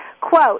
quote